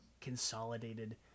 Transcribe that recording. consolidated